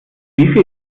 wie